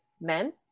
men